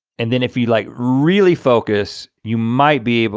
and then if you like really focus, you might be able,